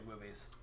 movies